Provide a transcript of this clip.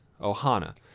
ohana